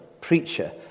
preacher